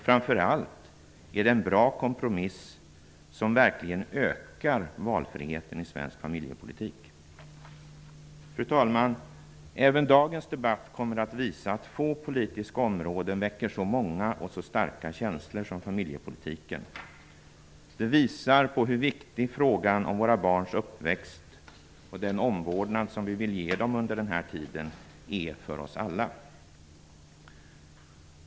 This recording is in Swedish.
Framför allt är det en bra kompromiss som verkligen ökar valfriheten i svensk familjepolitik. Även dagens debatt kommer att visa att få politiska områden väcker så många och så starka känslor som familjepolitiken. Det visar hur viktig frågan om våra barns uppväxt och den omvårdnad som vi vill ge dem under denna tid är för oss alla.